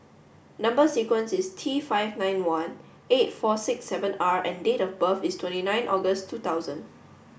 number sequence is T five nine one eight four six seven R and date of birth is twenty nine August two thousand